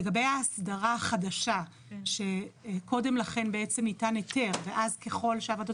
לגבי ההסדרה החדשה שקודם לכן ניתן היתר ואז ככל שהוועדות